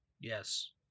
yes